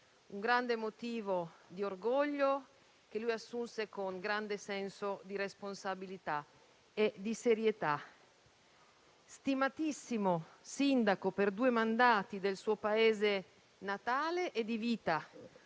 un grande motivo di orgoglio, una carica che assunse con grande senso di responsabilità e di serietà. Stimatissimo sindaco per due mandati del suo paese natale e di vita,